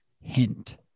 hint